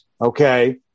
okay